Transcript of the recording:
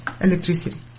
Electricity